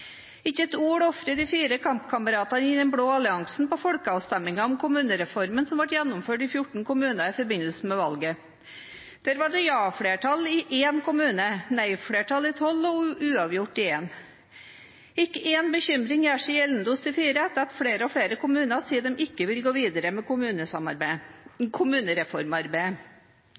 Ikke ett ord ofrer de fire kampkameratene i den blå alliansen på folkeavstemningen om kommunereformen som ble gjennomført i 14 kommuner i forbindelse med kommunevalget. Der var det ja-flertall i én kommune, nei-flertall i tolv og uavgjort i én. Ikke én bekymring gjør seg gjeldende hos de fire etter at flere og flere kommuner sier de ikke vil gå videre med